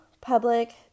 public